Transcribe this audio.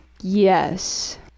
yes